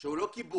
שהוא לא קיבוץ